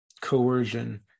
coercion